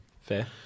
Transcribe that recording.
Fair